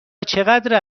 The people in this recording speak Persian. چقدر